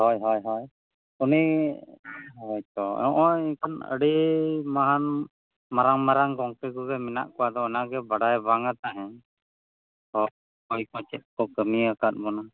ᱦᱚᱭ ᱦᱚᱭ ᱦᱚᱭ ᱩᱱᱤ ᱦᱚᱭᱛᱚ ᱦᱚᱸᱜᱼᱚᱭ ᱮᱱᱠᱷᱟᱱ ᱟᱹᱰᱤ ᱢᱟᱦᱟᱱ ᱢᱟᱨᱟᱝᱼᱢᱟᱨᱟᱝ ᱜᱚᱝᱠᱮ ᱠᱚᱜᱮ ᱢᱮᱱᱟᱜ ᱠᱚᱣᱟ ᱟᱫᱚ ᱚᱱᱟᱜᱮ ᱵᱟᱲᱟᱭ ᱵᱟᱝᱟ ᱛᱟᱦᱮᱸᱫ ᱚᱠᱚᱭᱠᱚ ᱪᱮᱫᱠᱚ ᱠᱟᱹᱢᱤ ᱟᱠᱟᱫᱵᱚᱱᱟ